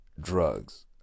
drugs